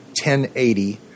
1080